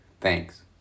Thanks